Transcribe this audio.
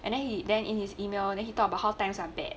and then he then in his email then he talk about how things are bad